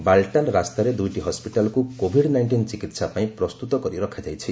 ବାଲ୍ଟାଲ୍ ରାସ୍ତାରେ ଦୁଇଟି ହସ୍ୱିଟାଲ୍କୁ କୋଭିଡ୍ ନାଇଷ୍ଟିନ୍ ଚିକିତ୍ସା ପାଇଁ ପ୍ରସ୍ତୁତ କରି ରଖାଯାଇଛି